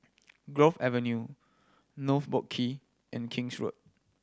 Grove Avenue North Boat Quay and King's Road